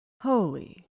holy